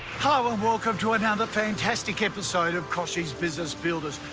hello and welcome to another fantastic episode of koshie's business builders.